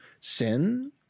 sin